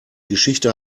geschichte